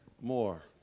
More